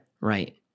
Right